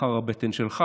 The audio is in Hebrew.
מחר הבטן שלך.